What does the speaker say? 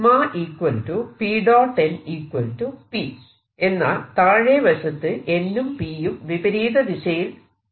n P എന്നാൽ താഴെ വശത്ത് n ഉം P യും വിപരീത ദിശയിലാണ്